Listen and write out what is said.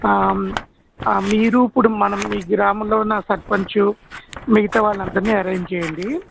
మీరు ఇప్పుడు మనం మీ గ్రామంలో ఉన్న సర్పంచు మిగతా వాళ్ళందరిని అరేంజ్ చేయండి